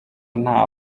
nta